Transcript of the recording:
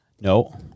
No